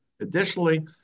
additionally